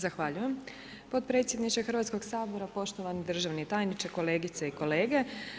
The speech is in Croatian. Zahvaljujem podpredsjedniče Hrvatskog sabora, poštovani državni tajniče, kolegice i kolege.